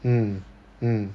mm mm